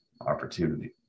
opportunity